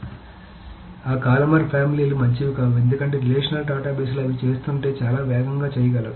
కాబట్టి ఆ columnar family లు మంచివి కావు ఎందుకంటే రిలేషనల్ డేటాబేస్లు అవి చేస్తుంటే చాలా వేగంగా చేయగలవు